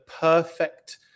perfect